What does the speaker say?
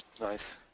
nice